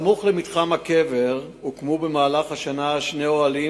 סמוך למתחם הקבר הוכנו השנה שני אוהלים